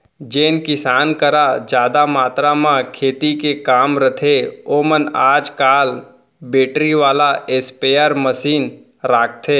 जेन किसान करा जादा मातरा म खेती के काम रथे ओमन आज काल बेटरी वाला स्पेयर मसीन राखथें